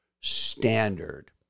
standard